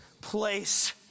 place